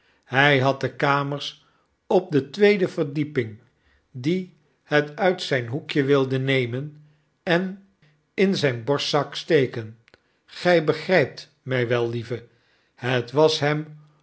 hij had de kamers op de tweede verdieping die het uit zyn hoekje wilde nemen en in zyn borstzak steken gy begrypt my wel lieve het was hem